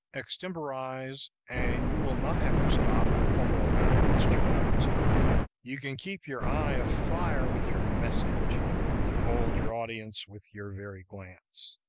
extemporize, and you will not have to stop and fumble around amidst your notes you can keep your eye afire with your message and hold your audience with your very glance.